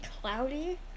cloudy